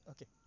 Okay